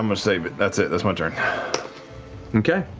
um ah save it. that's it, that's my turn. matt okay.